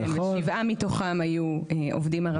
שבעה מתוכם היו עובדים ערבים.